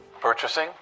Purchasing